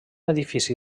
edifici